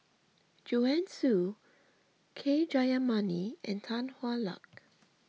Joanne Soo K Jayamani and Tan Hwa Luck